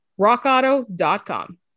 Rockauto.com